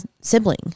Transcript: sibling